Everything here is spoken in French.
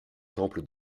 temple